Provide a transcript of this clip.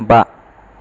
बा